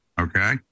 okay